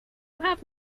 have